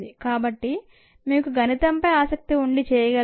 కాబట్టి మీకు గణితంపై ఆసక్తి ఉండి చేయగలిగితే